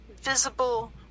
visible